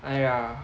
!aiya!